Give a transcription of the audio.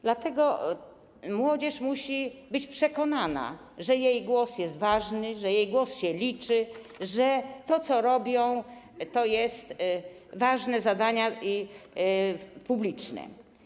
Dlatego młodzież musi być przekonana, że jej głos jest ważny, że jej głos się liczy, że to, co robią, to ważne zadania publiczne.